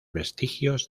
vestigios